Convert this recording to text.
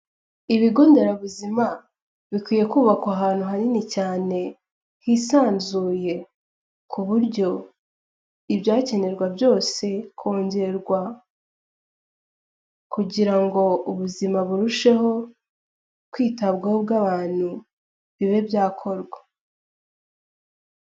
Ibigo nderabuzima, bikwiye kubakwa ahantu hanini cyane, hisanzuye, ku buryo ibyakenerwa byose kongerwa kugira ngo ubuzima burusheho kwitabwaho bw'abantu, bibe byakorwa.